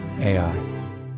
AI